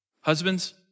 Husbands